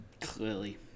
Clearly